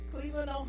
Cleveland